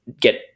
get